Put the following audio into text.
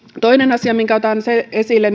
toinen asia minkä otan esille